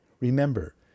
Remember